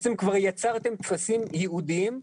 בעצם כבר יצרתם טפסים ייעודיים,